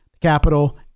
capital